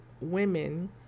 women